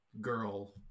girl